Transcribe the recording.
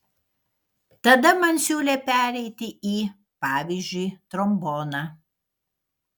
tada man siūlė pereiti į pavyzdžiui tromboną